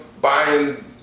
buying